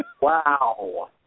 Wow